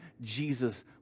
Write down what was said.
Jesus